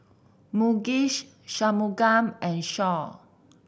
Mukesh Shunmugam and Choor